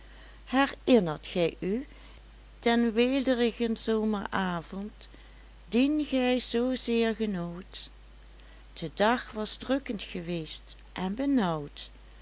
herinnert gij u den weelderigen zomeravond dien gij zoo zeer genoot de dag was drukkend geweest en benauwd